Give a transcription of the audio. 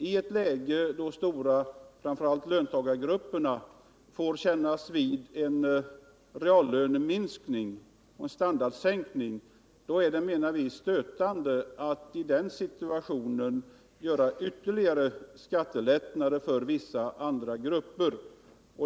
I ett läge då framför allt stora löntagargrupper får kännas vid reallöneminskningar och standardsänkningar menar vi att det är stötande med ytterligare skattelättnader för vissa andra grupper.